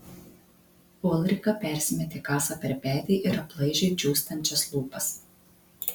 ulrika persimetė kasą per petį ir aplaižė džiūstančias lūpas